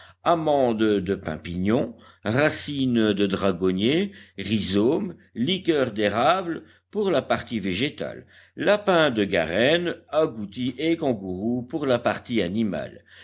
amandes de pin pignon racines de dragonnier rhizomes liqueur d'érable pour la partie végétale lapins de garenne agoutis et kangourous pour la partie animale